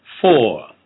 Four